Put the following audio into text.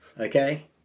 Okay